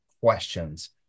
questions